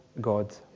God